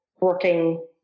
working